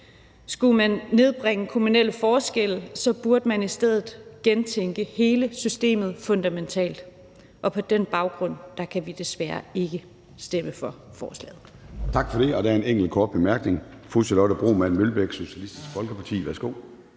Skulle man gøre de kommunale forskelle mindre, burde man i stedet gentænke hele systemet fundamentalt, og på den baggrund kan vi desværre ikke stemme for forslaget.